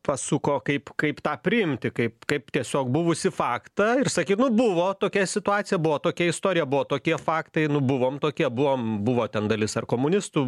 pasuko kaip kaip tą priimti kaip kaip tiesiog buvusį faktą ir sakyt nu buvo tokia situacija buvo tokia istorija buvo tokie faktai nu buvom tokie buvom buvo ten dalis ar komunistų